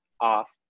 off